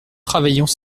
travaillons